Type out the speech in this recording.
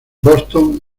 boston